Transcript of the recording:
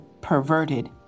perverted